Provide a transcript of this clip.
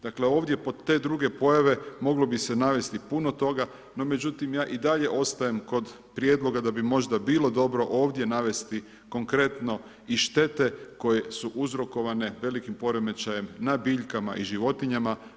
Dakle, ovdje pod te druge pojave, moglo bi se navesti puno toga, no međutim, ja i dalje ostajem kod prijedloga, da bi možda bilo dobro, ovdje navesti, konkretno i štete koje su uzrokovane velikim poremećajem na biljkama i životinjama.